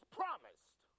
promised